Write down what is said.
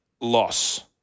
loss